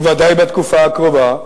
ודאי בתקופה הקרובה,